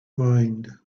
mind